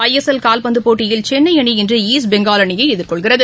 ஐ S L கால்பந்துப் போட்டியில் சென்னைஅணி இன்றுஈஸ்ட் பெங்கால் அணியைஎதிர்கொள்கிறது